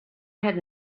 had